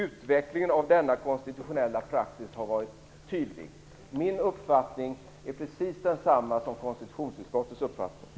Utvecklingen av denna konstitutionella praxis har varit tydlig säger konstitutionsutskottet. Min uppfattning är precis densamma som konstitutionsutskottets.